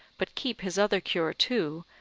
but keep his other cure too,